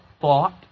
thought